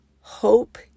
hope